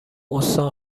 استان